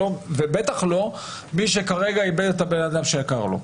ובטח לא מי שכרגע איבד את יקירו.